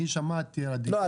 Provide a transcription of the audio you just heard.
לא.